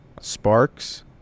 Sparks